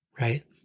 right